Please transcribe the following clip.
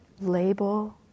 label